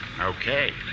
Okay